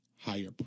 higher